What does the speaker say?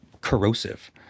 corrosive